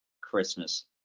Christmas